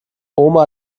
oma